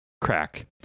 crack